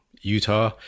Utah